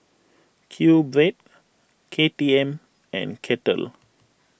Q Bread K T M and Kettle